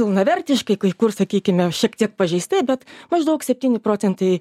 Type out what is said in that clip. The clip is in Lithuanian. pilnavertiškai kai kur sakykime šiek tiek pažeisti bet maždaug septyni procentai